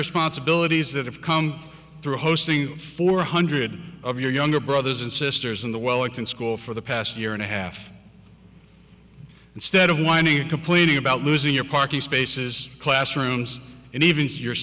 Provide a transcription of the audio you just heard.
responsibilities that have come through hosting four hundred of your younger brothers and sisters in the well acting school for the past year and a half instead of whining complaining about losing your parking spaces classrooms and even to your